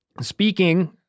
speaking